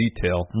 detail